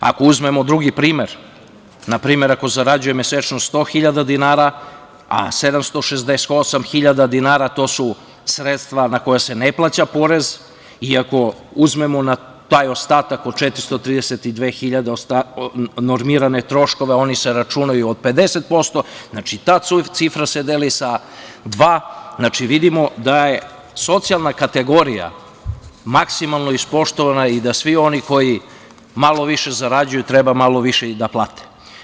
Ako uzmemo drugi primer, na primer ako zarađuje mesečno 100 hiljada dinara, a 768 hiljada dinara to su sredstva na koja se ne plaća porez i ako uzmemo na taj ostatak od 432 hiljade normirane troškove, oni se računaju od 50%, znači ta cifra se deli sa dva, vidimo da je socijalna kategorija maksimalno ispoštovana i da svi oni koji malo više zarađuju treba malo više i da plate.